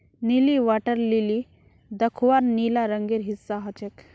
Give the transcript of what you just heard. नीली water lily दख्वार नीला रंगेर हिस्सा ह छेक